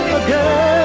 again